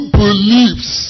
believes